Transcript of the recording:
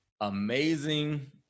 amazing